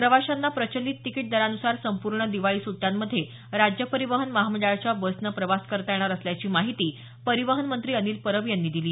प्रवाशांना प्रचलित तिकीट दरानुसार संपूर्ण दिवाळी सुड्ट्यांमध्ये राज्य परिवहन महामंडळाच्या बसनं प्रवास करता येणार असल्याची माहिती परिवहन मंत्री अनिल परब यांनी दिली